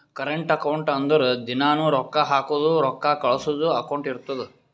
current account ಅಂದುರ್ ದಿನಾನೂ ರೊಕ್ಕಾ ಹಾಕದು ರೊಕ್ಕಾ ಕಳ್ಸದು ಅಕೌಂಟ್ ಇರ್ತುದ್